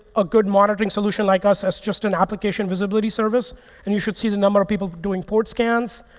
a good monitoring solution, like us, that's just an application visibility service and you should see the number of people doing port scans.